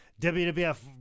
WWF